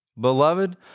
beloved